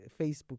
Facebook